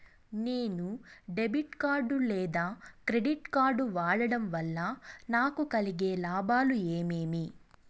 నేను debit card లేదా credit card వాడడం వల్ల నాకు కలిగే లాభాలు ఏమేమీ?